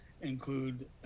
include